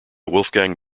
wolfgang